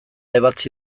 ebatzi